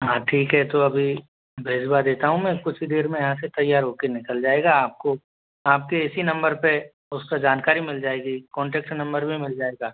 हाँ ठीक है तो अभी भेजवा देता हूँ मैं कुछ देर में यहाँ से तैयार होकर निकल जाएगा आपको आपके इसी नम्बर पर उससे जानकारी मिल जाएगी कांटेक्ट नम्बर भी मिल जाएगा